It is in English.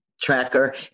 tracker